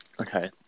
Okay